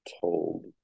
told